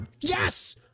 Yes